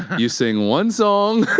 you sing one song,